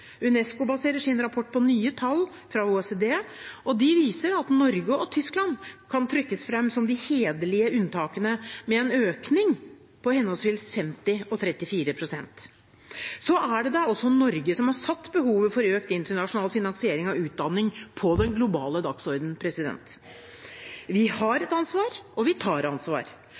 UNESCO baserer sin rapport på nye tall fra OECD, og de viser at Norge og Tyskland kan trekkes fram som de hederlige unntakene, med en økning på henholdsvis 50 pst. og 34 pst. Så er det da også Norge som har satt behovet for økt internasjonal finansiering av utdanning på den globale dagsordenen. Vi har et ansvar – og vi tar ansvar.